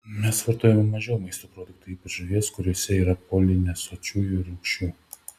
mes vartojame mažiau maisto produktų ypač žuvies kuriuose yra polinesočiųjų rūgščių